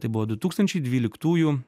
tai buvo du tūkstančiai dvyliktųjų